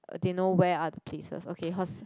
um they know where are the places okay hos